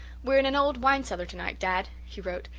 we're in an old wine cellar tonight, dad, he wrote,